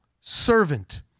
servant